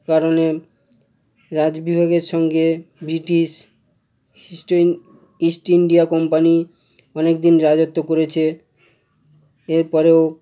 কারণে রাজ বিভাগের সঙ্গে ব্রিটিশ ইস্ট ইন্ডিয়া কোম্পানি অনেক দিন রাজত্ব করেছে এর পরেও